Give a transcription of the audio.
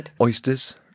Oysters